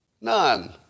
None